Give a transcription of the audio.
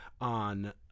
on